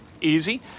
Easy